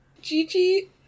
Gigi